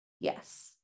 Yes